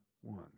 one